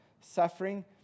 suffering